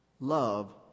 Love